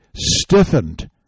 stiffened